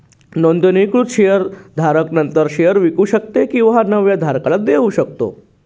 नोंदणीकृत शेअर धारक नंतर शेअर विकू शकतो किंवा नव्या धारकाला देऊ शकतो